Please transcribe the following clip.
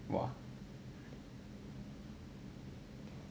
!wah!